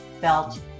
Belt